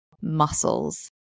muscles